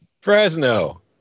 Fresno